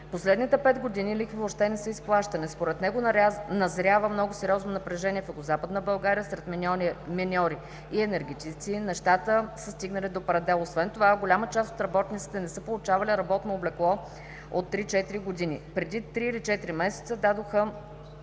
последните пет години лихви въобще не са изплащани. Според него назрява много сериозно напрежение в Югозападна България сред миньори и енергетици, нещата са стигнали до предела. Освен това голяма част от работниците не са получавали работно облекло от три-четири години. Преди три или четири месеца дадоха